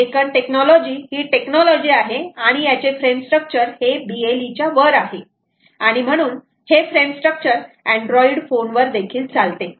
I beacon technology ही technology आहे आणि याचे फ्रेम स्ट्रक्चर हे BLE च्या वर आहे आणि म्हणून हे फ्रेम स्ट्रक्चर अँड्रॉइड फोन वर देखील चालते